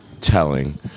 telling